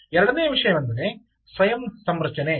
ಎರಡನೆಯ ವಿಷಯವೆಂದರೆ ಸ್ವಯಂ ಸಂರಚನೆ